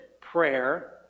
prayer